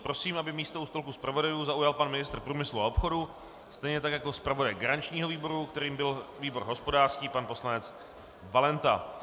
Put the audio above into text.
Prosím, aby místo u stolku zpravodajů zaujal pan ministr průmyslu a obchodu, stejně tak jako zpravodaj garančního výboru, kterým byl výbor hospodářský, pan poslanec Valenta.